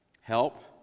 Help